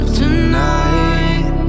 tonight